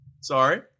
sorry